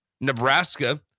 Nebraska